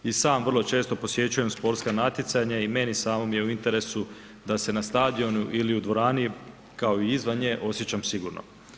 I sam vrlo često posjećujem sportska natjecanja i meni samom je u interesu da se na stadionu ili u dvorani, kao i izvan nje osjećam sigurno.